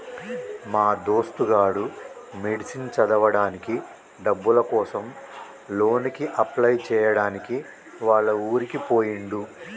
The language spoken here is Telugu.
మా దోస్తు గాడు మెడిసిన్ చదవడానికి డబ్బుల కోసం లోన్ కి అప్లై చేయడానికి వాళ్ల ఊరికి పోయిండు